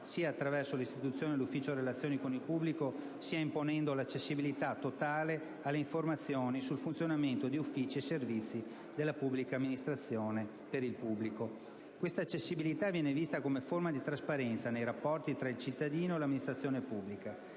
sia attraverso l'istituzione dell'Ufficio relazioni con il pubblico sia imponendo l'accessibilità totale alle informazioni sul funzionamento di uffici e servizi della pubblica amministrazione per il pubblico. Questa accessibilità viene vista come forma di trasparenza nei rapporti tra il cittadino e l'amministrazione pubblica.